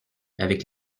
avec